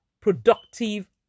productive